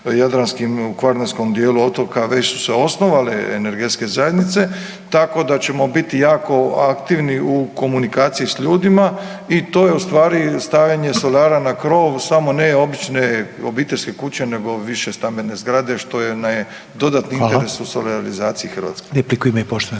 sjevernojadranskim u kvarnerskom dijelu otoka već su se osnovale energetske zajednice tako da ćemo biti jako aktivni u komunikaciji s ljudima i to je ustvari stavljanje solara na krov, samo ne obične obiteljske kuće nego višestambene zgrade što je .../nerazumljivo/... dodatni interes u solarizaciji Hrvatske.